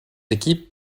équipes